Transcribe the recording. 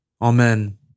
Amen